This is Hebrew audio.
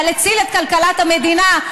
אבל הציל את כלכלת המדינה,